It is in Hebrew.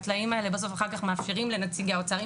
הטלאים הזה בסוף אחר כך מאפשרים לנציגי האוצר,